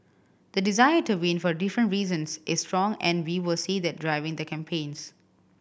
the desire to win for different reasons is strong and we will see that driving the campaigns